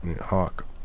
Hawk